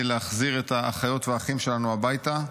להחזיר את האחיות והאחים שלנו הביתה.